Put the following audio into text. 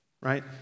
Right